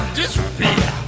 disappear